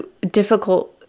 difficult